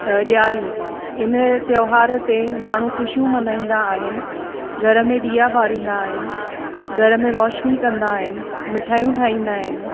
ॾियारी हिन त्योहार ते माण्हू ख़ुशियूं मल्हाईंदा आहिनि घर में ॾीया बारींदा आहिनि घर में रोशनी कंदा आहिनि मिठाइयूं ठाहींदा आहिनि